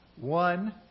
one